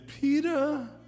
Peter